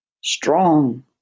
strong